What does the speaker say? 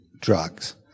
drugs